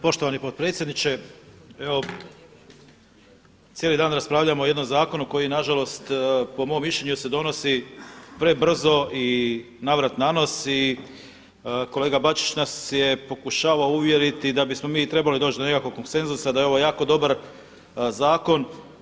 Poštovani potpredsjedniče, evo cijeli dan raspravljamo o jednom zakonu koji na žalost po mom mišljenju se donosi prebrzo i na vrat na nos i kolega Bačić nas je pokušavao uvjeriti da bismo mi trebali doći do nekakvog konsenzusa, da je ovo jako dobar zakon.